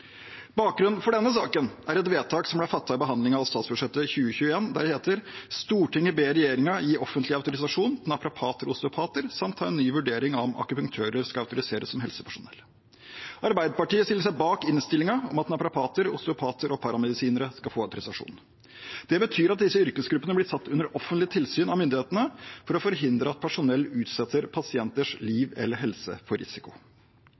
Bakgrunnen for denne saken er et vedtak som ble fattet i behandlingen av statsbudsjettet for 2021, der det heter: «Stortinget ber regjeringen gi offentlig autorisasjon til naprapater og osteopater, samt ta en ny vurdering av om akupunktører skal autoriseres som helsepersonell.» Arbeiderpartiet stiller seg bak innstillingen om at naprapater, osteopater og paramedisinere skal få autorisasjon. Det betyr at disse yrkesgruppene blir satt under offentlig tilsyn av myndighetene for å forhindre at personell utsetter pasienters liv eller helse for risiko.